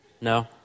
No